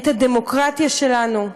את הדמוקרטיה שלנו,